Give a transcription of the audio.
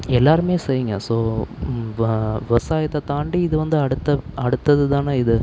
எல்லோருமே செய்யுங்க ஸோ வ விவசாயத்தை தாண்டி இது வந்து அடுத்த அடுத்ததுதானே இது